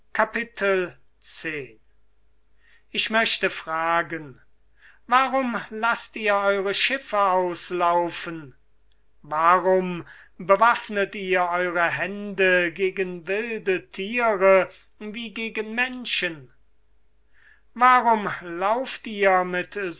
x ich möchte fragen warum laßt ihr eure schiffe auslaufen warum bewaffnet ihr eure hände gegen wilde thiere wie gegen menschen warum lauft ihr mit